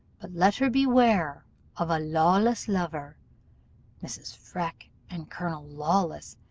but let her beware of a lawless lover mrs. freke and colonel lawless,